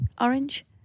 orange